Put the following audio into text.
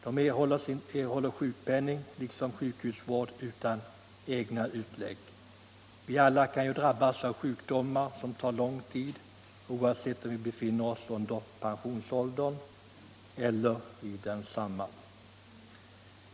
De får sjukpenning liksom sjukhusvård utan egna utlägg. Vi kan ju alla drabbas av sjukdomar som tar lång tid, oavsett om vi befinner oss under eller i pensionsåldern.